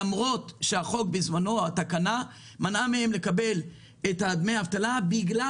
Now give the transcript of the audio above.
למרות שהתקנות בזמנו מנעו מהם לקבל דמי אבטלה בגלל